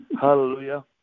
Hallelujah